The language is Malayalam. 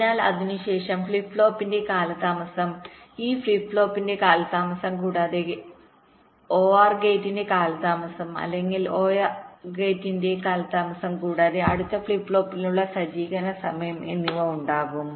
അതിനാൽ അതിനുശേഷം ഫ്ലിപ്പ് ഫ്ലോപ്പിന്റെ കാലതാമസം ഈ ഫ്ലിപ്പ് ഫ്ലോപ്പിന്റെ കാലതാമസം കൂടാതെ OR ഗേറ്റിന്റെ കാലതാമസം അല്ലെങ്കിൽ OR ഗേറ്റിന്റെ കാലതാമസം കൂടാതെ അടുത്ത ഫ്ലിപ്പ് ഫ്ലോപ്പിനുള്ള സജ്ജീകരണ സമയം എന്നിവ ഉണ്ടാകും